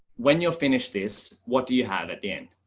when you're finished this, what do you have, at the end,